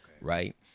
Right